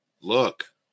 look